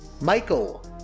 Michael